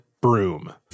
broom